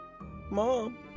Mom